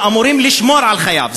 שאמורים לשמור על חייו.